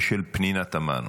כץ ושל פנינה תמנו.